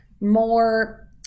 more